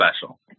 special